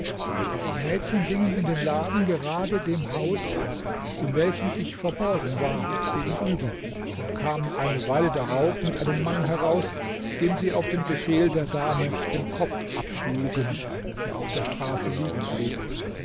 die mädchen gingen in den laden gerade dem haus in welchem ich verborgen war gegenüber und kamen eine weile darauf mit einem mann heraus dem sie auf den befehl der dame den kopf abschlugen der auf der straße liegen blieb